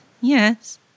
yes